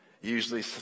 usually